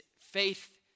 faith